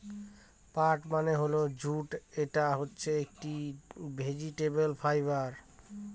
পাট মানে হল জুট এটা হচ্ছে একটি ভেজিটেবল ফাইবার